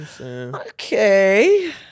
okay